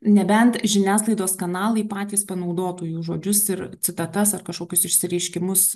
nebent žiniasklaidos kanalai patys panaudotų jų žodžius ir citatas ar kažkokius išsireiškimus